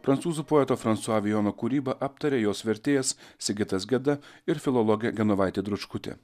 prancūzų poeto fransua vijono kūrybą aptaria jos vertėjas sigitas geda ir filologė genovaitė dručkutė